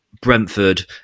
Brentford